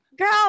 Girl